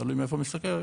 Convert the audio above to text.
תלוי מאיפה נסתכל,